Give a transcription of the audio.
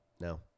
No